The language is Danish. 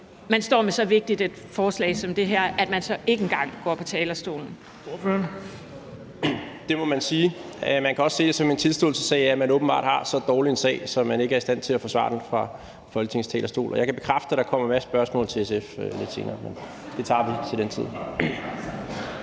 på talerstolen? Kl. 14:05 Den fg. formand (Erling Bonnesen): Ordføreren. Kl. 14:05 Rasmus Jarlov (KF): Det må man sige. Man kan også se det som en tilståelsessag: Man har åbenbart så dårlig en sag, at man ikke er i stand til at forsvare den fra Folketingets talerstol. Og jeg kan bekræfte, at der kommer en masse spørgsmål til SF lidt senere, men det tager vi til den tid.